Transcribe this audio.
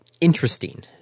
interesting